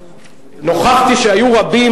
נוכחתי לדעת שהיו רבים